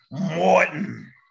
Morton